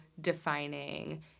defining